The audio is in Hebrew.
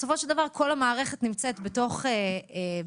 בסופו של דבר כל המערכת נמצאת בתוך באמת